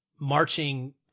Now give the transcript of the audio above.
marching